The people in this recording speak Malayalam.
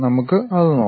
നമുക്ക് അത് നോക്കാം